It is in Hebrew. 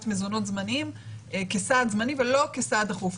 מזונות זמניים כסעד זמני ולא כסעד דחוף.